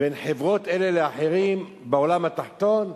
בין חברות אלה לאחרות בעולם התחתון,